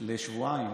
לשבועיים